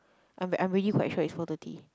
I'm I'm really quite sure is four thirty